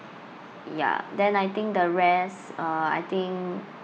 ya then I think the rest uh I think